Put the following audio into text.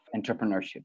entrepreneurship